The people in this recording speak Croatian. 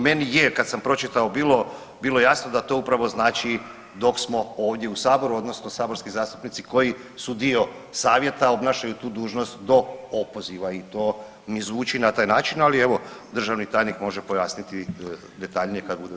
Meni je kad sam pročitao bilo, bilo jasno da to upravo znači dok smo ovdje u saboru odnosno saborski zastupnici koji su dio savjeta obnašaju tu dužnost do opoziva i to mi zvuči na taj način, ali evo državni tajnik može pojasniti detaljnije kad bude dobio riječ.